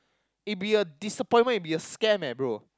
it'd be a disappointment it'd a scam leh bro